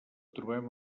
trobem